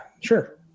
sure